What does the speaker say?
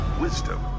wisdom